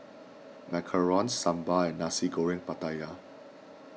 Macarons Sambal and Nasi Goreng Pattaya